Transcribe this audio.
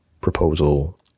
proposal